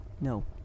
No